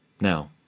Now